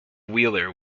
wheeler